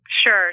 Sure